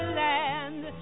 land